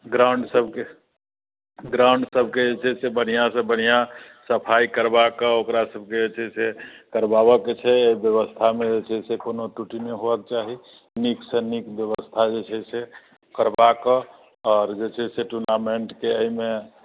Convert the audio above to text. ground सबके ground सबके जे छै से बढ़िआँ से बढ़िआँ सफाइ करबाकऽ ओकरा सबके जे छै से करबावऽ के छै व्यवस्थामे जे छै से कोनो त्रुटि नहि हुअक चाही नीकसँ नीक व्यवस्था जे छै से करबाकऽ आओर जे छै से टुर्नामेन्टके एहिमे